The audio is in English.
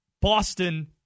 Boston